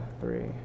three